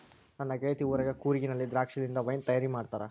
ನನ್ನ ಗೆಳತಿ ಊರಗ ಕೂರ್ಗಿನಲ್ಲಿ ದ್ರಾಕ್ಷಿಲಿಂದ ವೈನ್ ಮಾಡಿ ಮಾಡ್ತಾರ